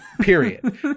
Period